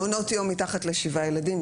מעונות מתחת לשבעה ילדים,